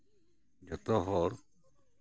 ᱡᱚᱛᱚ ᱦᱚᱲ